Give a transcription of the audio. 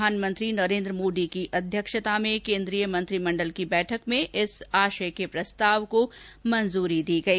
प्रधानमंत्री नरेन्द्र मोदी की अध्यक्षता में केन्द्रीय मंत्रिमंडल की बैठक में इस आशय के प्रस्ताव को मंजूरी दी गई